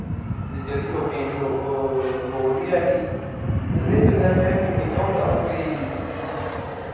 जेह्दी लोकें बी लोड़ बी ऐही पैह्लैं जिसलै में कोई निक्का हेंदा हा कोई